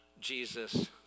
Jesus